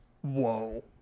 Whoa